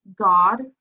God